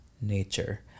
nature